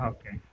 Okay